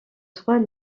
trois